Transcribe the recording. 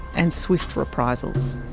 and swift reprisals.